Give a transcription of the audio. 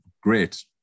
great